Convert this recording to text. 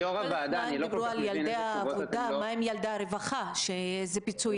מה עם ילדי הרווחה איזה פיצוי יקבלו?